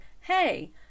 hey